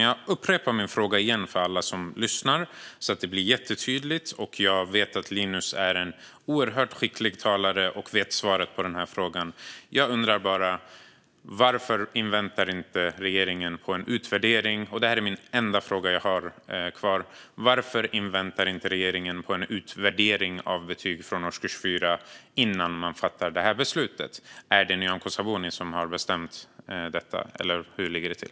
Jag upprepar min fråga för alla som lyssnar så att det blir jättetydligt. Jag vet att Linus är en oerhört skicklig talare och vet svaret på denna fråga, som är den enda fråga jag har kvar. Jag undrar: Varför inväntar regeringen inte en utvärdering av betyg från årskurs 4 innan man fattar beslut? Är det Nyamko Sabuni som har bestämt detta, eller hur ligger det till?